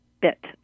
bit